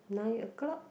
nine o-clock